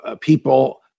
people